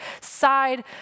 side